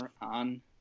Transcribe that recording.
on